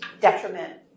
detriment